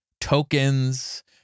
tokens